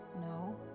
no